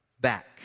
back